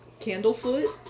Candlefoot